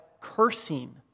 cursing